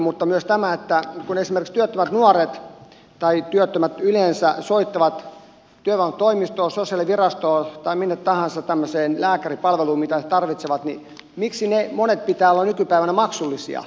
mutta myös tämä kun esimerkiksi työttömät nuoret tai työttömät yleensä soittavat työvoimatoimistoon sosiaalivirastoon tai minne tahansa tämmöiseen lääkäripalveluun mitä he tarvitsevat niin miksi niiden monien pitää olla nykypäivänä maksullisia